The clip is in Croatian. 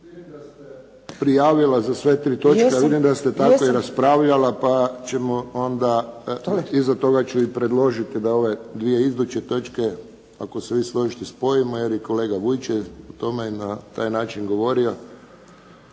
Vidim da ste se prijavili za sve tri točke a vidim da ste tako i raspravljali pa ću iza toga i predložiti da ove dvije iduće točke ako se vi složite spojimo jer i kolega Vujić je o tome na taj način govorio.